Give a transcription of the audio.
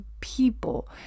people